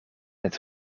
het